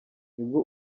nibwo